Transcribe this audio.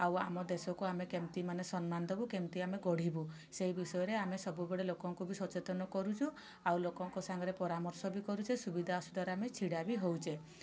ଆଉ ଆମ ଦେଶକୁ ଆମେ କେମିତି ମାନେ ସମ୍ମାନ ଦେବୁ କେମିତି ଆମେ ଗଢ଼ିବୁ ସେଇ ବିଷୟରେ ଆମେ ସବୁବେଳେ ଲୋକଙ୍କୁ ବି ସଚେତନ କରୁଛୁ ଆଉ ଲୋକଙ୍କ ସାଙ୍ଗରେ ପରାମର୍ଶ ବି କରୁଛୁ ସୁବିଧା ଅସୁବିଧାରେ ଆମେ ଛିଡ଼ା ବି ହେଉଛୁ